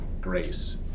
grace